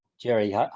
Jerry